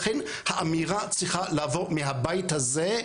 לכן האמירה צריכה לבוא מהבית הזה,